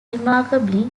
remarkably